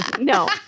no